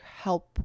help